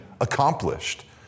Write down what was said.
accomplished